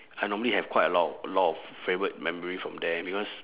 I normally have quite a lot of a lot of favourite memory from there because